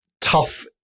tough